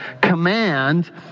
Command